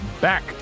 back